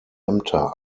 ämter